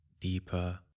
deeper